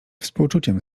współczuciem